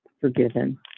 forgiven